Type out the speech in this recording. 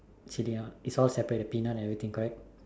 actually is all separate in the peanut everything correct